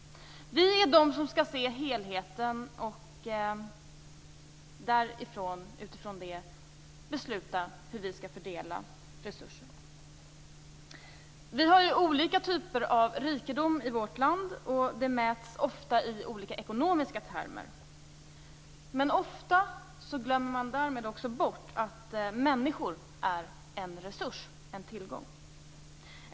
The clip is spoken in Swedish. Vi är de som skall se helheten och utifrån det besluta hur vi skall fördela resurser. Vi har olika typer av rikedom i vårt land. Det mäts ofta i olika ekonomiska termer. Ofta glömmer man därmed också bort att människor är en resurs, en tillgång.